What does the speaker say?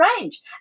range